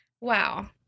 wow